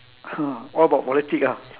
all about politics ah